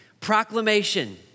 proclamation